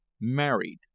married